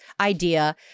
idea